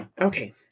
Okay